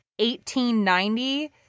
1890